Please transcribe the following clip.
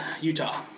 Utah